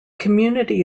community